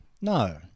No